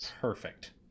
Perfect